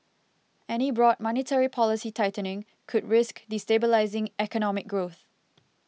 any broad monetary policy tightening could risk destabilising economic growth